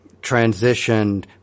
transitioned